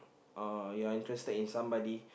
uh you're interested in somebody